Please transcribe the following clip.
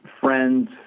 friends